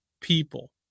people